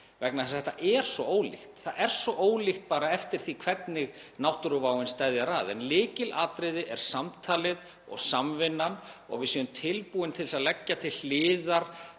vegna þess að þetta er svo ólíkt, það er svo ólíkt bara eftir því hvernig náttúruváin steðjar að. En lykilatriði er samtalið og samvinnan og að við séum tilbúin til að leggja til hliðar